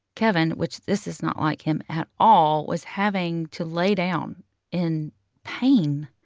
kevin which this is not like him at all was having to lay down in pain.